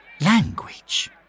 Language